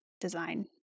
design